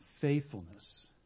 faithfulness